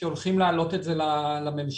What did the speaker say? שהולכים להעלות את זה לממשלה.